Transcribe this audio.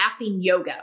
yoga